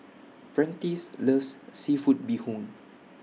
Prentice loves Seafood Bee Hoon